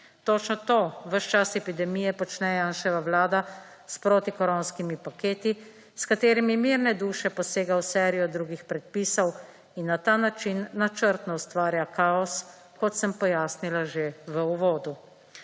Točno to ves čas epidemije počne Janševa Vlada s protikoronskimi paketi s katerimi mirne duše posega v serijo drugih predpisov in na ta način načrtno ustvarja kaos kot sem pojasnila že v uvodu.